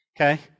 Okay